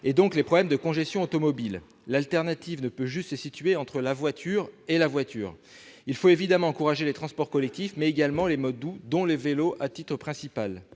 et donc les problèmes de congestion automobile. L'alternative ne peut juste se situer entre la voiture et la voiture. Il faut évidemment encourager les transports collectifs, mais également les modes doux, dont le vélo à titre principal.